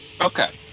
Okay